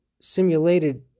simulated